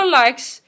likes